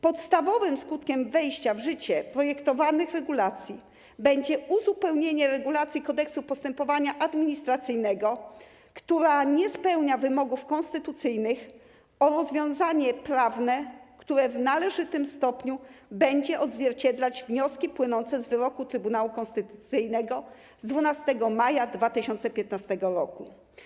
Podstawowym skutkiem wejścia w życie projektowanych regulacji będzie uzupełnienie regulacji Kodeksu postępowania administracyjnego, która nie spełnia wymogów konstytucyjnych, o rozwiązanie prawne, które w należytym stopniu będzie odzwierciedlać wnioski płynące z wyroku Trybunału Konstytucyjnego z 12 maja 2015 r.